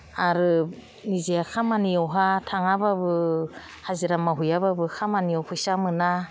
आरो निजे खामानियावहा थाङाबाबो हाजिरा मावहैयाबाबो खामानियाव फैसा मोना